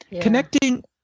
Connecting